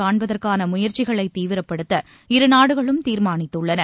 காண்பதற்கான முயற்சிகளை தீவிரப்படுத்த இருநாடுகளும் தீர்மானித்துள்ளன